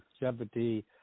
longevity